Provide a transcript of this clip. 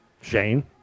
Shane